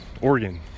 Oregon